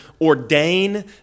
ordain